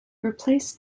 replaced